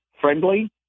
friendly